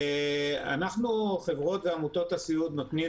אנחנו חברות ועמותות הסיעוד נותנים